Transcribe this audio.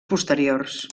posteriors